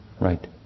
Right